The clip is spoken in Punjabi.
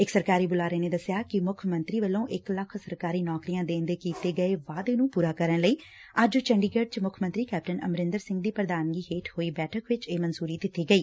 ਇਕ ਸਰਕਾਰੀ ਬੁਲਾਰੇ ਨੇ ਚੰਡੀਗੜ੍ਤ ਚ ਮੁੱਖ ਮੰਤਰੀ ਕੈਪਟਨ ਦਸਿਆ ਕਿ ਮੁੱਖ ਮੰਤਰੀ ਵੱਲੋ ਇਕ ਲੱਖ ਸਰਕਾਰੀ ਨੌਕਰੀਆ ਦੇਣ ਦੇ ਕੀਤੇ ਗਏ ਵਾਅਦੇ ਨੂੰ ਪੂਰਾ ਕਰਨ ਲਈ ਅੱਜ ਚੰਡੀਗੜ੍ ਚ ਮੁੱਖ ਮੰਤਰੀ ਕੈਪਟਨ ਅਮਰਿੰਦਰ ਸਿੰਘ ਦੀ ਪ੍ਰਧਾਨਗੀ ਹੇਠ ਹੋਈ ਬੈਠਕ ਚ ਇਹ ਮਨਜ਼ਰੀ ਦਿੱਤੀ ਗਈ